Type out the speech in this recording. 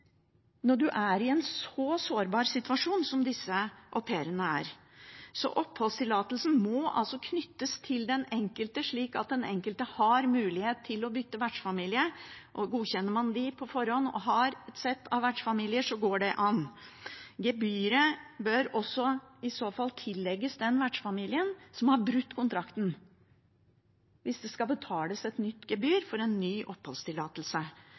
når man er i en så sårbar situasjon som det disse au pairene er. Oppholdstillatelsen må knyttes til den enkelte, slik at den enkelte har mulighet til å bytte vertsfamilie. Og godkjenner man dem på forhånd og har et sett av vertsfamilier, går det an. Hvis det skal betales et nytt gebyr for en ny oppholdstillatelse, bør gebyret i så fall også tillegges den vertsfamilien som har brutt kontrakten, for det